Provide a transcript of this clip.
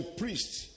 priests